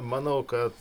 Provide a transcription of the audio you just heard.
manau kad